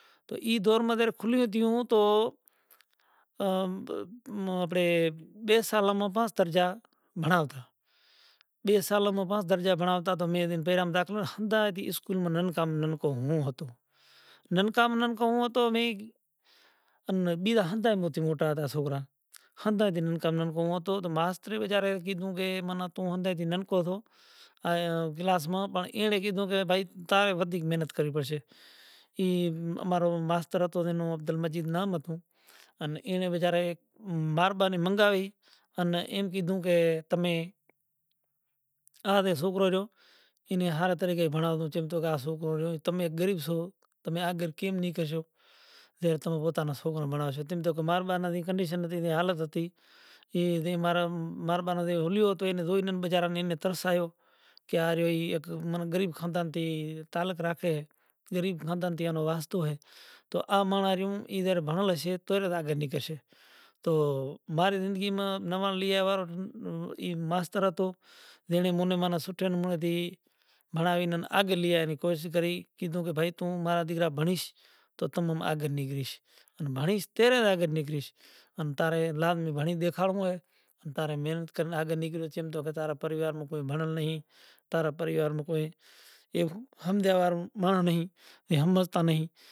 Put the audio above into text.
تو ای دور ما کھُلیوں ھتوں ما اپڑے بہ سال ما پاس درجہ بھنڑاوتا۔ بہ سال ما پاس درجہ بھنڑاوتا تو مے پیرم داخلہ دا تھی اسکول ما نن کام نن کو ھوں ھتو۔ نن کام نن کو ھوں ھتو میں بیجا ھتا وچی موٹا سوکرا ھتا۔ ھدا دن ما کام نہ کوں ھتو تو ماسترے بیچارے گیدھوں کہ من توں ھمجائے نن کوں توں آیاں گلاس ما پڑں اے گیدھوں کہ بھائی تارے گھنڑی محنت کروی پرشے۔ ای امارو ماستر ھتو اینے محمد مجید نام ھتوں۔ ان اینڑے بیچارے مار با نے منگاوی۔ انے ایم گیدھوں کہ تمے آرے سوکرو رہیو۔ اینے ھر طریقے تے بھنڑاوں چیم تو آ سوکرو رہیو تمے غریب سوں تمے آگر کیم نہیں کرشو تے تمارو پوتا نو سوکرا بھنڑاوشے جے تو مار با نی ریکنڈیشن نی ھالت ھتی۔ اے اد مار ماربا نی ھولیو ھوتو اینے جوئے نے بیچارا نی اینے ترس آیو۔ کہ آر ہیوئے غریب خاندان تی تعلق راکھے ھے غریب خاندان تی آنو واستو ھوئے تو آ مارا رہیو ایدھر بھنڑن لشے تو را گڈی کرشے تو مارا زندگی ما نوا لئیے ور ای ماستر ھتو جنے منھے مارا سوٹھے نمرو تھی بھنڑاوین آگل لئیا رانی کوشش کری، گیدھوں کہ بھئی توں مارا دگرا بھنڑش تو تو من آگل نکلیش ۔ تو بھنڑش تیرا آگل نکلیش ان تارے لازمی بھنڑش دیکھاڑوؤں ھوئے ان تارے محنت کری نے آگل نکلے چیم تو کہ تارا پریوار موں بھنڑوں نہیں۔ تارا پریوار موں کوئے ھمجاوا ماڑوں نہیں اے ھمجتا نہیں۔